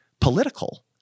political